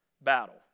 battle